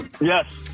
Yes